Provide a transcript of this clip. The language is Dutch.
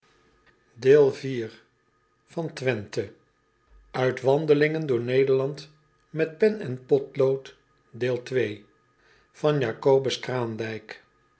acobus raandijk andelingen door ederland met pen en potlood